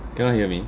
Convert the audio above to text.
cannot hear me